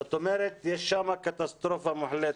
זאת אומרת יש שם קטסטרופה מוחלטת.